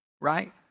right